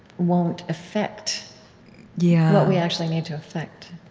won't affect yeah what we actually need to affect.